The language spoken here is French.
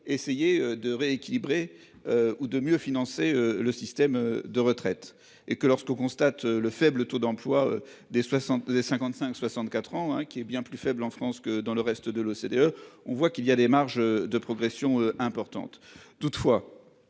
essayer de rééquilibrer. Ou de mieux financer le système de retraites et que lorsqu'on constate le faible taux d'emploi des 60 des 55 64 ans hein qui est bien plus faible en France que dans le reste de l'OCDE. On voit qu'il y a des marges de progression importante toutefois.